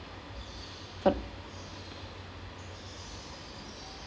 what